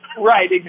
Right